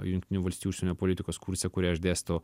jungtinių valstijų užsienio politikos kurse kurį aš dėstau